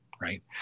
right